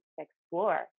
explore